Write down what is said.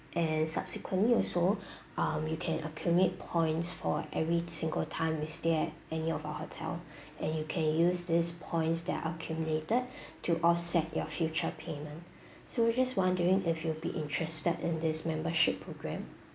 and subsequently also um you can accumulate points for every single time you stay at any of our hotel and you can use these points that are accumulated to offset your future payment so just wondering if you'd be interested in this membership programme